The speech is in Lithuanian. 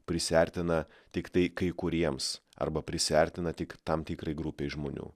prisiartina tiktai kai kuriems arba prisiartina tik tam tikrai grupei žmonių